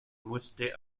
musste